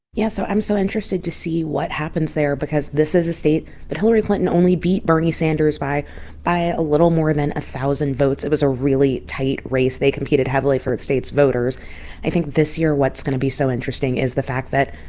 yeah. so i'm so interested to see what happens there because this is a state that hillary clinton only beat bernie sanders by a a little more than a thousand votes. it was a really tight race. they competed heavily for its state's voters i think this year what's going to be so interesting is the fact that,